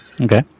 okay